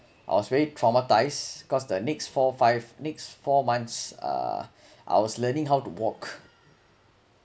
I was very traumatized cause the next four five next four months uh I was learning how to walk